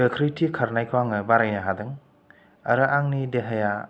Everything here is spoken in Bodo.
गोख्रैथि खारनायखौ आङो बारायनो हादों आरो आंनि देहाया